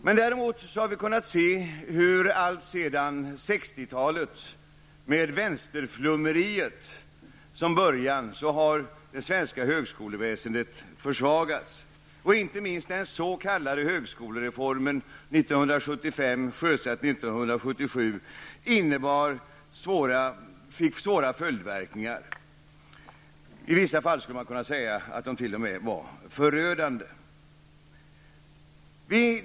Men vi har alltsedan 60-talet kunnat se att det svenska högskoleväsendet har försvagats med vänsterflummeriet som början. Inte minst fick den s.k. högskolereformen från 1975, som sjösattes 1977, svåra följdverkningar. I vissa fall skulle man t.o.m. kunna säga att de var förödande.